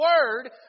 word